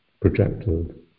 projected